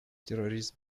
терроризм